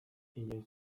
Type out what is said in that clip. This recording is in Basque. inoiz